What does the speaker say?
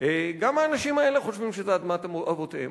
גם האנשים האלה חושבים שזו אדמת אבותיהם.